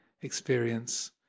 experience